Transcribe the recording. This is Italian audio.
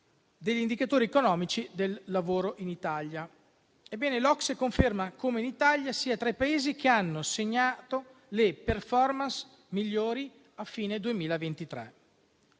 degli indicatori economici del lavoro in Italia. Ebbene, l'OCSE conferma come l'Italia sia tra i Paesi che hanno segnato le *performance* migliori a fine 2023.